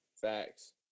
facts